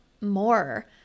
more